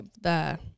the-